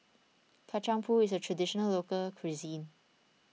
Kacang Pool is a Traditional Local Cuisine